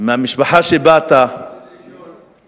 מהמשפחה שבאת רציתי לשאול אם